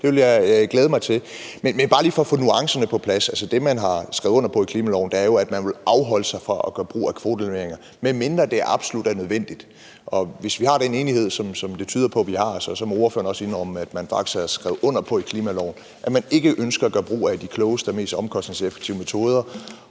Det vil jeg glæde mig til. Men bare lige for at få nuancerne på plads: Det, man har skrevet under på i klimaloven, er jo, at man vil afholde sig fra at gøre brug af kvoteannulleringer, medmindre det er absolut nødvendigt. Hvis vi har den enighed, som det tyder på at vi har, må ordføreren også indrømme, at man faktisk har skrevet under på i klimaloven, at man ikke ønsker at gøre brug af de klogeste og mest omkostningseffektive metoder,